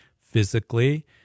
physically